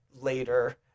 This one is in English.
later